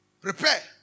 prepare